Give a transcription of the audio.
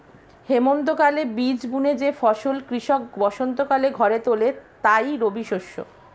হেমন্তকালে বীজ বুনে যে ফসল কৃষক বসন্তকালে ঘরে তোলে তাই রবিশস্য